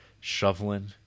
shoveling